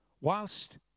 whilst